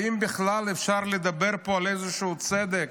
האם בכלל אפשר לדבר פה על איזשהו צדק?